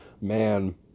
man